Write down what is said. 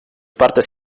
partes